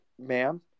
ma'am